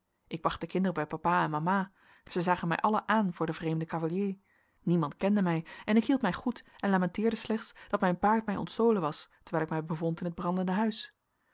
ik bracht de kinderen bij papa en mama zij zagen mij allen aan voor den vreemden cavalier niemand kende mij en ik hield mij goed en lamenteerde slechts dat mijn paard mij ontstolen was terwijl ik mij bevond in het brandende huis